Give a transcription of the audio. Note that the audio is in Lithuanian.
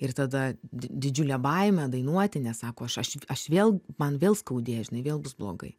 ir tada di didžiulė baimė dainuoti nes sako aš aš aš vėl man vėl skaudės žinai vėl bus blogai